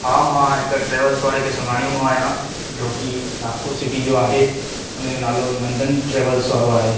हा मां हिक ट्रेविल्स वारे खे सुञाणींदो आहियां जो की नागपुर सिटी जो आहे उनजो नालो नंदन ट्रेविल्स वारो आहे